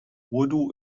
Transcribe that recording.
urdu